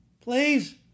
Please